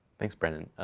thanks, brannon.